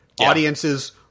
Audiences